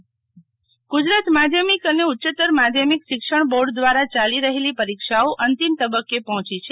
રેક્ષાથીઓ ગે રહા ગુજરાત માધ્યમિક અને ઉયત્તર માધ્યમિક શિક્ષણ બોર્ડ દ્વારા યાલી રહેલી પરીક્ષાઓ અંતિમ તબ્બકે પહોચી છે